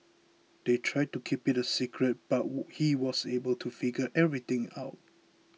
they tried to keep it a secret but he was able to figure everything out